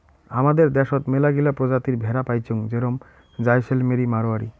হামাদের দ্যাশোত মেলাগিলা প্রজাতির ভেড়া পাইচুঙ যেরম জাইসেলমেরি, মাড়োয়ারি